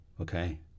Okay